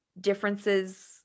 differences